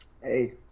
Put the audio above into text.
Hey